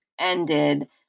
ended